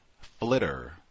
Flitter